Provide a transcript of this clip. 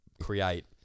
create